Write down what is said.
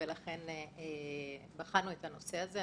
לכן גם בחנו את הנושא הזה.